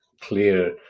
clear